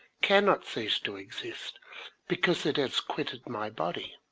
cannot cease to exist because it has quitted my body?